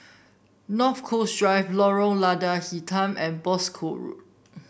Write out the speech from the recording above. North Coast Drive Lorong Lada Hitam and Boscombe Road